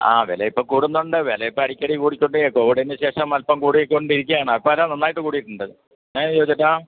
ആ വില ഇപ്പം കൂടുന്നുണ്ട് വില ഇപ്പം അടിക്കടി കൂടിക്കൊണ്ടേ കോവിഡിന് ശേഷം അല്പ്പം കൂടി കൊണ്ടിരിക്കുകയാണ് അല്പ്പം അല്ല നന്നായിട്ട് കൂടിയിട്ടുണ്ട് എന്താണ് ജോയിച്ചേട്ടാ